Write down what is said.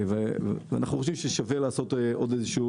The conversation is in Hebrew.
אנחנו חושבים ששווה לעשות עוד איזשהו